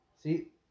See